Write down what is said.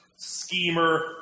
schemer